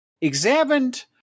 examined